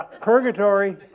Purgatory